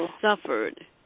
suffered